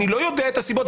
אני לא יודע את הסיבות .